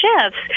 shifts